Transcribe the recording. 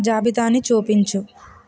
జాబితాని చూపించు